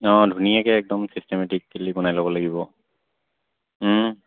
অঁ ধুনীয়াকৈ একদম চিষ্টেমেটিকেলি বনাই ল'ব লাগিব